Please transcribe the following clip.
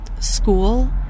School